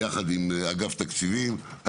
ביחד עם אגף תקציבים ועם מתן,